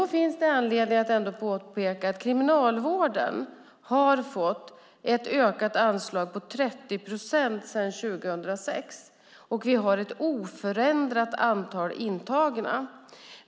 Det finns anledning att påpeka att Kriminalvården har fått ett ökat anslag på 30 procent sedan 2006, och vi har ett oförändrat antal intagna.